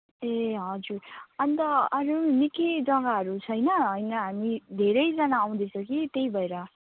ए हजुर अनि त अरू निकै जग्गाहरू छैन होइन हामी धेरैजना आउँदैछ कि त्यही भएर